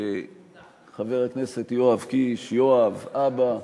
שחבר הכנסת יואב קיש, יואב, אבא,